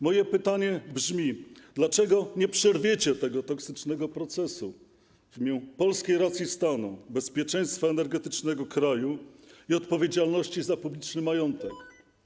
Moje pytanie brzmi: Dlaczego nie przerwiecie tego toksycznego procesu w imię polskiej racji stanu, bezpieczeństwa energetycznego kraju i odpowiedzialności za publiczny majątek?